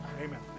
Amen